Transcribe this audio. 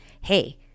hey